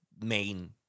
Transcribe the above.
main